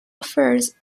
affairs